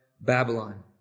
Babylon